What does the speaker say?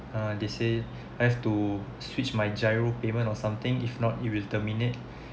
err they say I have to switch my giro payment or something if not it will terminate